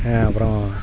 அப்புறம்